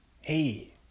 Hey